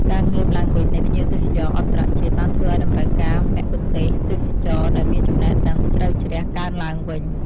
ការងើបឡើងវិញនៃភ្ញៀវទេសចរអន្តរជាតិបានធ្វើឱ្យតម្រូវការមគ្គុទ្ទេសក៍ទេសចរណ៍ដែលមានចំណេះដឹងជ្រៅជ្រះកើនឡើងវិញ។